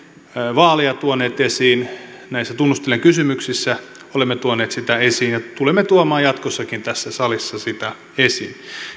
vaaleja tuoneet esiin tunnustelijan kysymyksissä olemme tuoneet sitä esiin ja tulemme tuomaan jatkossakin tässä salissa sitä esiin